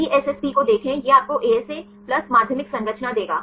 DSSP को देखें यह आपको एएसए प्लस माध्यमिक संरचना देगा